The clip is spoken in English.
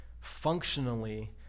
Functionally